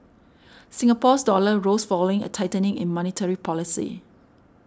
Singapore's dollar rose following a tightening in monetary policy